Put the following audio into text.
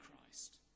Christ